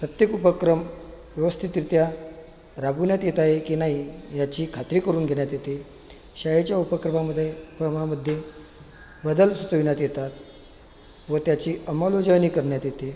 प्रत्येक उपक्रम व्यवस्थितरित्या राबविण्यात येत आहे की नाही याची खात्री करून घेण्यात येते शाळेच्या उपक्रमामध्ये क्रमामध्ये बदल सुचविण्यात येतात व त्याची अंमलबजावणी करण्यात येते